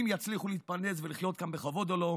אם יצליחו להתפרנס ולחיות כאן בכבוד או לא.